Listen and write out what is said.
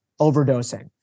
overdosing